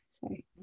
sorry